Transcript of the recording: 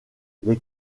les